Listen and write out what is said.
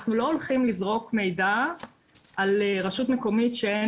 אנחנו לא הולכים לזרוק מידע על רשות מקומית שאין